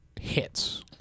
hits